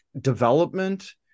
development